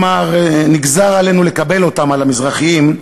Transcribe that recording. אמר: "נגזר עלינו לקבל אותם" על המזרחים,